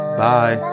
bye